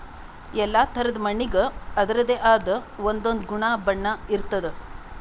ಎಲ್ಲಾ ಥರಾದ್ ಮಣ್ಣಿಗ್ ಅದರದೇ ಆದ್ ಒಂದೊಂದ್ ಗುಣ ಬಣ್ಣ ಇರ್ತದ್